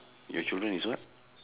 your children is what